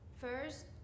first